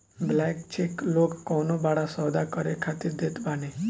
blank cheque लोग कवनो बड़ा सौदा करे खातिर देत बाने